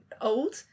old